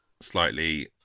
slightly